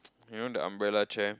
you know the umbrella chair